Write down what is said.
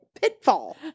Pitfall